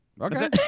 Okay